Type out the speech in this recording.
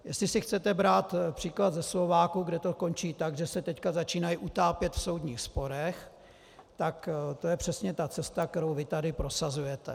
Jestli si chcete brát příklad ze Slováků, kde to končí tak, že se začínají utápět v soudních sporech, tak to je přesně ta cesta, kterou vy tady prosazujete.